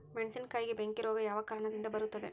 ಮೆಣಸಿನಕಾಯಿಗೆ ಬೆಂಕಿ ರೋಗ ಯಾವ ಕಾರಣದಿಂದ ಬರುತ್ತದೆ?